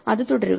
അത് തുടരുക